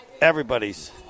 Everybody's